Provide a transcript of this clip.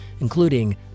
including